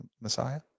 Messiah